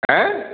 ଆଁ